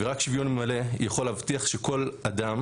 ורק שוויון מלא יכול להבטיח שכל אדם